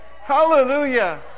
Hallelujah